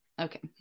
okay